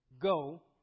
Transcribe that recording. Go